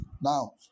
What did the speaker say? Now